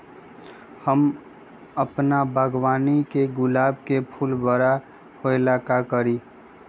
हम अपना बागवानी के गुलाब के फूल बारा होय ला का करी?